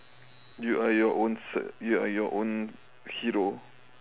you are your own s~ you are your own hero